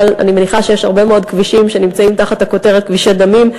אבל אני מניחה שיש הרבה מאוד כבישים תחת הכותרת "כבישי דמים",